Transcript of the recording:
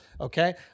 okay